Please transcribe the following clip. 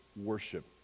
worship